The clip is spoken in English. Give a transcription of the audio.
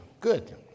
Good